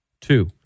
two